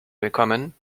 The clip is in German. willkommen